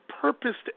purposed